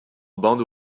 bandes